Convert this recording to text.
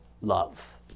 love